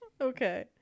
Okay